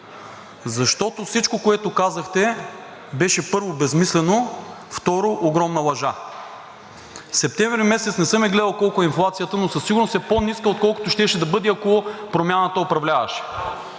защото всичко, което казахте, беше, първо, безсмислено, второ, огромна лъжа. Септември месец – не съм я гледал колко е инфлацията, но със сигурност е по-ниска, отколкото щеше да бъде, ако Промяната управляваше.